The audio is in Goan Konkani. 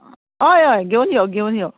हय हय घेवन यो घेवन यो